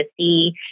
see